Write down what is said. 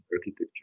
architecture